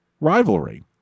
rivalry